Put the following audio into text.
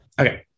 Okay